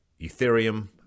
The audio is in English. Ethereum